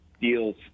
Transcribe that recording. Deals